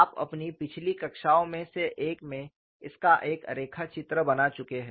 आप अपनी पिछली कक्षाओं में से एक में इसका एक रेखाचित्र बना चुके हैं